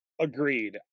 Agreed